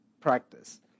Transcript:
practice